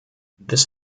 this